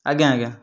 ଆଜ୍ଞା ଆଜ୍ଞା